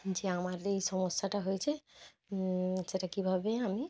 যে আমাদের এই সমস্যাটা হয়েছে সেটা কিভাবে আমি